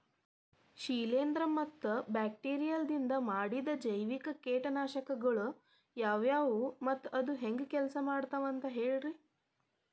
ಶಿಲೇಂಧ್ರ ಮತ್ತ ಬ್ಯಾಕ್ಟೇರಿಯದಿಂದ ಮಾಡಿದ ಜೈವಿಕ ಕೇಟನಾಶಕಗೊಳ ಯಾವ್ಯಾವು ಮತ್ತ ಅವು ಹೆಂಗ್ ಕೆಲ್ಸ ಮಾಡ್ತಾವ ಅಂತ ಹೇಳ್ರಿ?